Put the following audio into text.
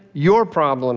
your problem.